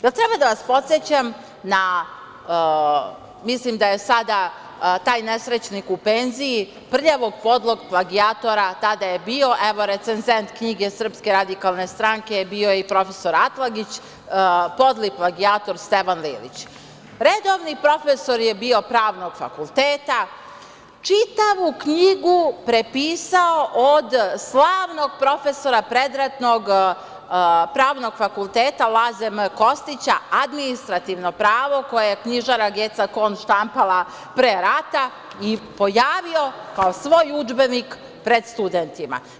Da li treba da vas podsećam, mislim da je sada taj nesrećnik u penziji, prljavog, podlog plagijatora, tada je bio recenzent knjige SRS, bio je i profesor Atlagić, podli plagijator Stevan Lilić, redovni profesor je bio pravnog fakulteta, čitavu knjigu prepisao od slavnog profesora predratnog Pravnog fakulteta Laze M. Kostića administrativno pravo koje je knjižara Geca Kom štampala pre rata i pojavio kao svoj udžbenik pred studentima.